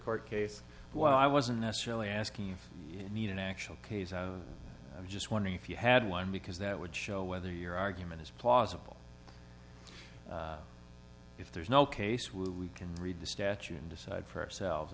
court case why i wasn't necessarily asking if you need an actual case i just wondered if you had one because that would show whether your argument is plausible if there is no case will we can read the statute and decide for ourselves